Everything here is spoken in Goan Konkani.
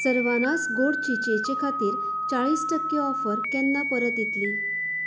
सर्वानास गोड चिचेचे खातीर चाळीस टक्के ऑफर केन्ना परत येतली